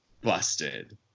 busted